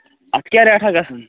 اَتھ کیٛاہ ریٹھاہ گژھان